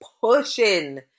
pushing